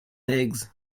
eggs